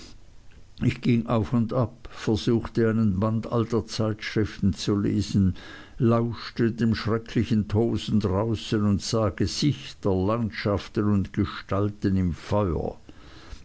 ich ging auf und ab versuchte einen band alter zeitschriften zu lesen lauschte dem schrecklichen tosen draußen und sah gesichter landschaften und gestalten im feuer